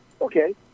Okay